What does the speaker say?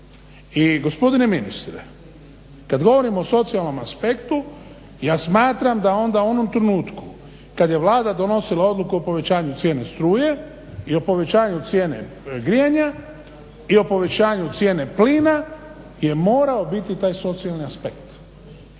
I gospodine ministre kad govorimo o socijalnom aspektu ja smatram da onda u onom trenutku kad je Vlada donosila odluku o povećanju cijene struje i povećanju cijene grijanja i o povećanju cijene plina je morao biti taj socijalni aspekt.